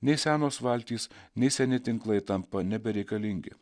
nei senos valtys nei seni tinklai tampa nebereikalingi